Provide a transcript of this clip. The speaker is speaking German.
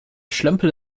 schlömpel